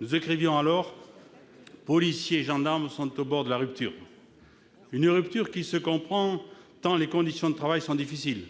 Nous écrivions alors que les policiers et les gendarmes étaient au bord de la rupture. Une telle rupture se comprend tant les conditions de travail sont difficiles :